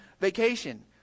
vacation